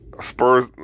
Spurs